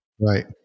Right